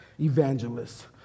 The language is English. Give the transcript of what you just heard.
evangelists